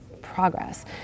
progress